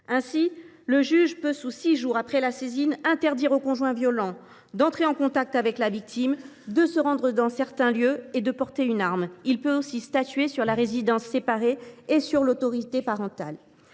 Ainsi, le juge peut, sous six jours après la saisine, interdire au conjoint violent d’entrer en contact avec la victime, de se rendre dans certains lieux et de porter une arme. Il peut aussi statuer sur la résidence séparée et sur l’autorité parentale.